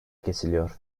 kesiliyor